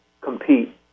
compete